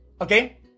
okay